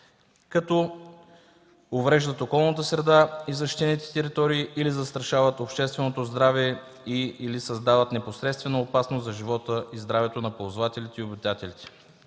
като увреждат околната среда и защитените територии или застрашават общественото здраве и/или създават непосредствена опасност за живота и здравето на ползвателите и обитателите,